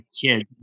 kids